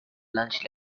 lunch